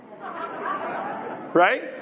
Right